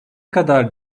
kadar